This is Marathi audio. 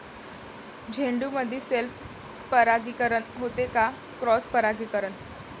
झेंडूमंदी सेल्फ परागीकरन होते का क्रॉस परागीकरन?